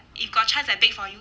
if got chance I bake for you